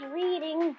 reading